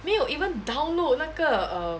没有 even download 那个 err